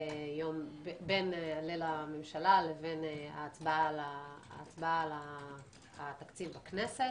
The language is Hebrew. ליל הממשלה לבין ההצבעה על התקציב בכנסת.